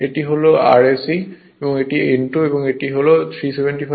এটি হল Rse এবং এটি n2 হল 375 rpm